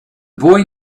boy